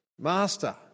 Master